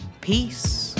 Peace